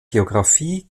geographie